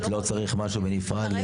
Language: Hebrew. זאת אומרת, לא צריך משהו בנפרד.